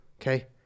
okay